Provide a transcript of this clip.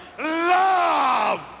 Love